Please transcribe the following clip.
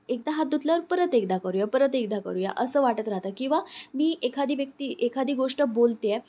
एकदा हात धुतल्यावर परत एकदा करूया परत एकदा करूया असं वाटत राहतं किंवा मी एखादी व्यक्ती एखादी गोष्ट बोलते आहे